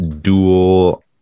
dual